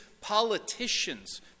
politicians